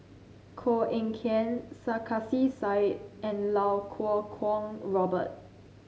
Koh Eng Kian Sarkasi Said and Iau Kuo Kwong Robert